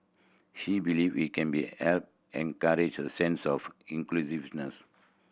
she believe it can be help encourage a sense of inclusiveness